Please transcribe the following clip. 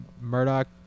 Murdoch